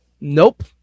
Nope